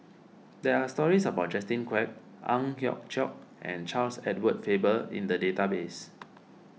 there are stories about Justin Quek Ang Hiong Chiok and Charles Edward Faber in the database